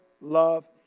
love